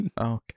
Okay